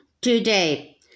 today